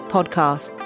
Podcast